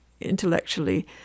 intellectually